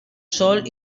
sol